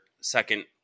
second